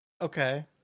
Okay